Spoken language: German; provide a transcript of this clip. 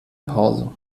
pause